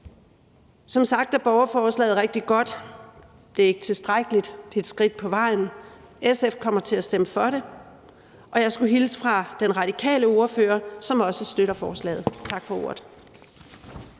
Som sagt er borgerforslaget rigtig godt, det er ikke tilstrækkeligt, men det er et skridt på vejen, og SF kommer til at stemme for det. Og jeg skulle hilse fra den radikale ordfører, som også støtter forslaget. Tak for ordet.